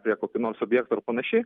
prie kokių nors objektų ar panašiai